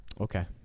okay